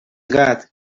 gat